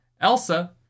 Elsa